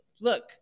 look –